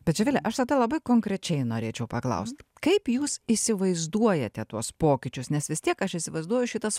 bet živile aš tada labai konkrečiai norėčiau paklaust kaip jūs įsivaizduojate tuos pokyčius nes vis tiek aš įsivaizduoju šitas